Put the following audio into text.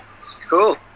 Cool